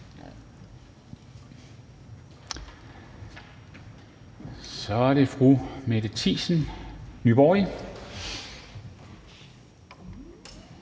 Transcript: Så er det fru Mette Thiesen, Nye